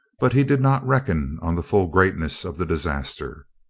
but he did not reckon on the full greatness of the disaster.